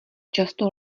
často